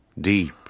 deep